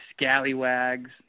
scallywags